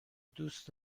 دوست